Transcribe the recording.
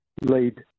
lead